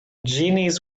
genies